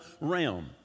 realm